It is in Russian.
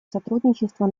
сотрудничества